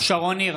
שרון ניר,